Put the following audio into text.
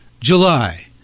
July